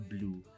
Blue